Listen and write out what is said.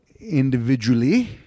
individually